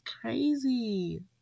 crazy